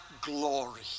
glory